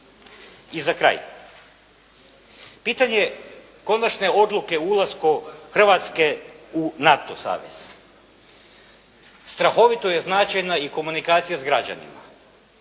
I za kraj, pitanje konačne odluke o ulasku Hrvatske u NATO savez. Strahovita je značajna i komunikacija s građanima.